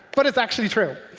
but it's actually true.